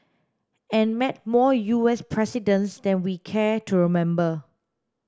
and met more U S presidents than we care to remember